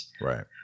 Right